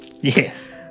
Yes